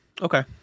Okay